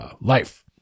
life